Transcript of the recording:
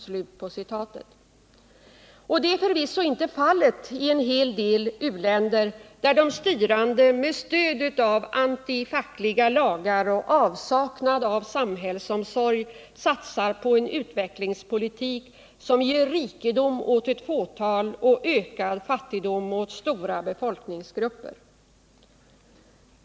Detta är förvisso inte fallet i en hel del u-länder, där de styrande med stöd av antifackliga lagar och i avsaknad av samhällsomsorg satsar på en utvecklingspolitik som ger rikedom åt ett fåtal och ökad fattigdom åt stora befolkningsgrupper.